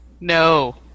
No